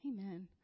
Amen